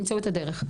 תמצאו את הדרך.